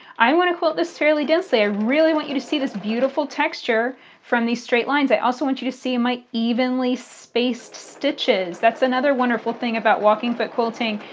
i'm going to quilt this fairly densely. i really want you to see this beautiful texture from these straight lines. i also want you to see my evenly-spaced stitches. that's another wonderful thing about walking-foot quilting.